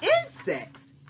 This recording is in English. insects